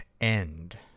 end